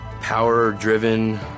power-driven